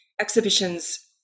exhibitions